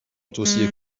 توصیه